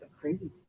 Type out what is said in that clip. crazy